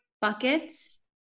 buckets